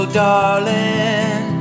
darling